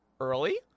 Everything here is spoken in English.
early